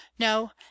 no